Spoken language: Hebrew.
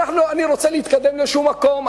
אני רוצה להתקדם לאיזה מקום,